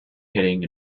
hitting